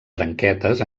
branquetes